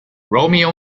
romeo